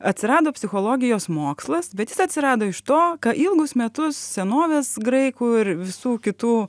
atsirado psichologijos mokslas bet jis atsirado iš to ką ilgus metus senovės graikų ir visų kitų